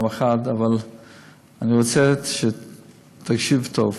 אבל אני רוצה שתקשיבו טוב.